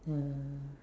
ya